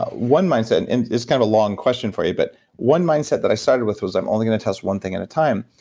one mindset, and it's kind of a long question for you, but one mindset that i started with was i'm only going to test one thing at a time.